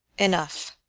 enough!